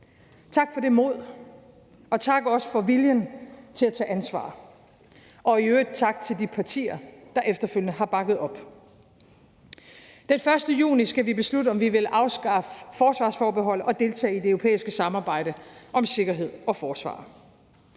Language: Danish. Tak for det mod, og også tak for viljen til at tage ansvar. Og i øvrigt tak til de partier, der efterfølgende har bakket op. Den 1. juni skal vi beslutte, om vi vil afskaffe forsvarsforbeholdet og deltage i det europæiske samarbejde om sikkerhed og forsvar.